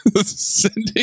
Sending